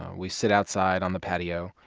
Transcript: we sit outside on the patio.